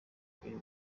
uyu